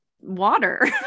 water